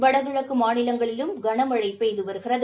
வடகிழக்குமாநிலங்களிலும் கனமழைபெய்துவருகிறது